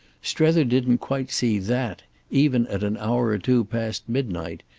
strether didn't quite see that even at an hour or two past midnight,